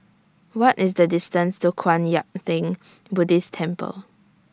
What IS The distance to Kwan Yam Theng Buddhist Temple